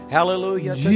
Hallelujah